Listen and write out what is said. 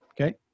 Okay